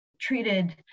treated